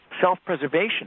self-preservation